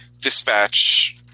dispatch